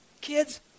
kids